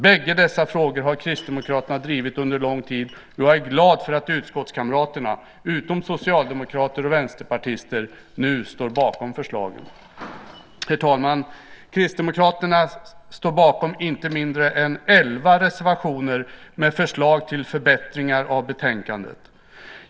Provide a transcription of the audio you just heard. Bägge dessa frågor har Kristdemokraterna drivit under lång tid, och jag är glad för att utskottskamraterna, utom socialdemokrater och vänsterpartister, nu står bakom förslagen. Herr talman! Kristdemokraterna står bakom inte mindre än elva reservationer med förslag till förbättringar av betänkandet.